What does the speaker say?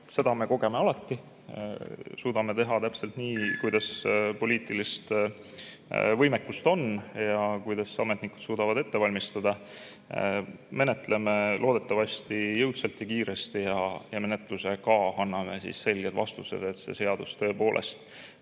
seda me kogeme alati. Suudame teha täpselt nii, kuidas poliitilist võimekust on ja kuidas ametnikud suudavad ette valmistada. Menetleme loodetavasti jõudsalt ja kiiresti. Ja menetlusega anname selged vastused, et see seadus tõepoolest